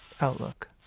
outlook